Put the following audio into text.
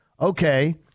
okay